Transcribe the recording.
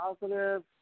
positive